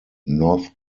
north